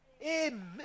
Amen